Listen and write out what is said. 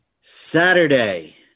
Saturday